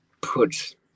put